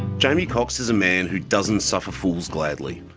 jamie cox is a man who doesn't suffer fools gladly.